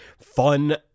fun